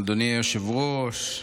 אדוני היושב-ראש,